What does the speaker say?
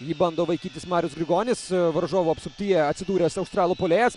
jį bando vaikytis marius grigonis varžovų apsuptyje atsidūręs australų puolėjas